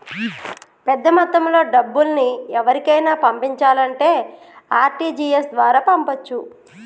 పెద్దమొత్తంలో డబ్బుల్ని ఎవరికైనా పంపించాలంటే ఆర్.టి.జి.ఎస్ ద్వారా పంపొచ్చు